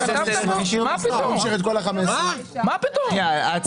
מה פתאום?